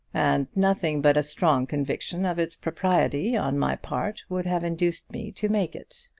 and nothing but a strong conviction of its propriety on my part would have induced me to make it.